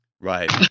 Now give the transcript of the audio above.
Right